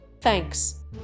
Thanks